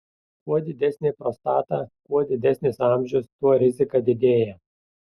kuo didesnė prostata kuo didesnis amžius tuo rizika didėja